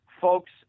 folks